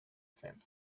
zen